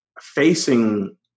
facing